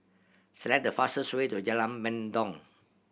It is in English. select the fastest way to Jalan Mendong